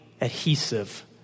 adhesive